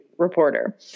reporter